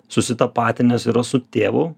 susitapatinęs yra su tėvu